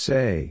Say